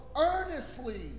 earnestly